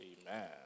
Amen